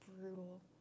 brutal